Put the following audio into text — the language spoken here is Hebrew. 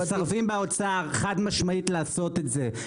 הם מסרבים באוצר חד משמעית לעשות את זה.